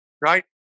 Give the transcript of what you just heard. Right